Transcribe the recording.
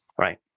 Right